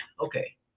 okay